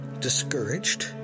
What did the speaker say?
discouraged